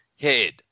head